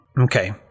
Okay